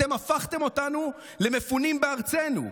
אתם הפכתם אותנו למפונים בארצנו.